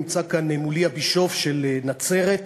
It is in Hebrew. נמצא כאן מולי הבישוף של נצרת,